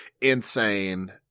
insane